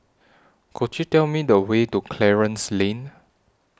Could YOU Tell Me The Way to Clarence Lane